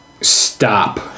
stop